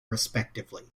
respectively